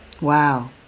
wow